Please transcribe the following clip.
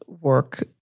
work